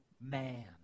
man